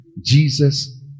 Jesus